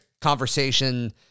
conversation